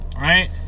right